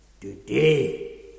Today